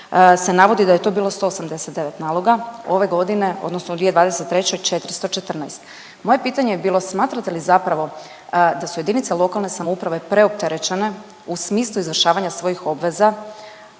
se navodi da je to bilo 189 naloga, ove godine odnosno u 2023., 414. Moje pitanje je bilo, smatrate li zapravo da su jedinice lokalne samouprave preopterećene u smislu izvršavanja svojih obveza,